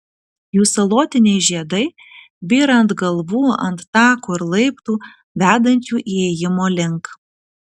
jų salotiniai žiedai byra ant galvų ant tako ir laiptų vedančių įėjimo link